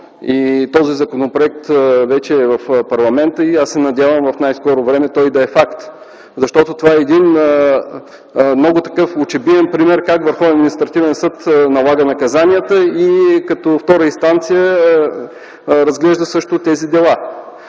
Този законопроект вече е в парламента и аз се надявам в най-скоро време той да е факт, защото това е един много очебиен пример как Върховният административен съд налага наказанията и като втора инстанция разглежда също тези дела.